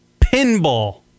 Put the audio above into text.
pinball